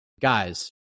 guys